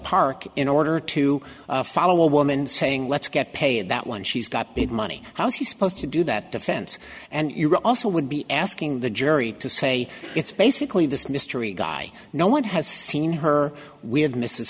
park in order to follow a woman saying let's get paid that one she's got big money how is she supposed to do that defense and you also would be asking the jury to say it's basically this mystery guy no one has seen her we had mrs